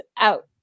out